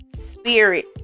spirit